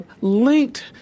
linked